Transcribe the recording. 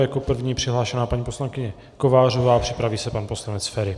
Jako první je přihlášena paní poslankyně Kovářová, připraví se pan poslanec Feri.